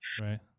Right